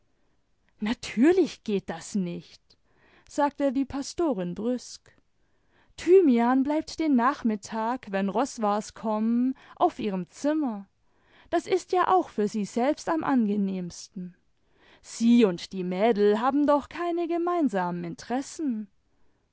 natürlich geht das nicht sagte die pastorin brüsk thymian bleibt den nachmittag wenn roswars kommen auf ihrem zinuner das ist ja auch für sie selbst am angenehmsten sie und die mädel haben doch keine gemeinsamen interessen